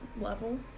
level